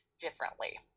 differently